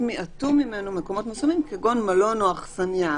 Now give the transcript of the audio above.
מיעטו ממנו מקומות מסוימים כגון מלון או אכסניה.